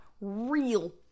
real